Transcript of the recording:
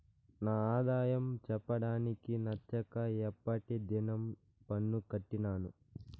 నా ఆదాయం చెప్పడానికి నచ్చక ఎప్పటి దినం పన్ను కట్టినాను